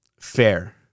fair